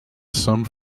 some